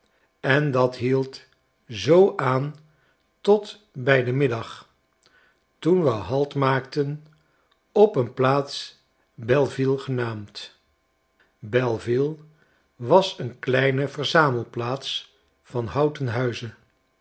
en dat hield zoo aan tot bij den middag toen we halt maakten op een plaats belleville genaamd belleville was een kleine verzamelplaats van houten huizen